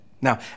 Now